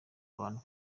abantu